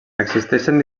existeixen